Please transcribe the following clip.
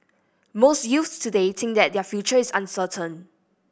most youths today think that their future is uncertain